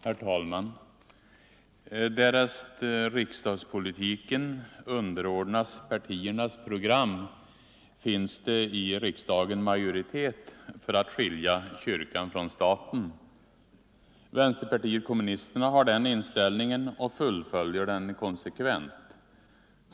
Herr talman! Därest riksdagspolitiken underordnas partiernas program finns det i riksdagen majoritet för att skilja kyrkan från staten. Vänsterpartiet kommunisterna har den inställningen och fullföljer den konsekvent.